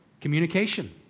Communication